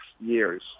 years